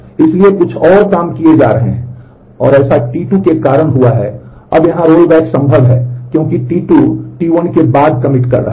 इसलिए कुछ और काम किए जा रहे हैं और ऐसा T2 के कारन हुआ है अब यहां रोलबैक संभव है क्योंकि T2 T1 के बाद कमिट कर रहा है